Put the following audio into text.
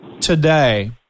today